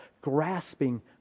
grasping